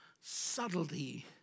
subtlety